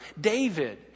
David